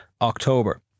October